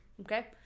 okay